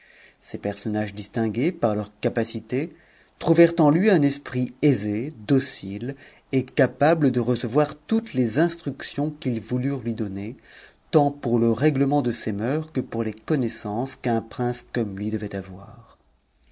ces personnages distingués par leur capacité trouvèrent en lui un esprit aisé docile et capable de recevoir toutes les instructions qu'ils voulurent lui donner tant pour le règlemem de ses mœurs que pour les connaissances qu'un prince comme lui devait avoir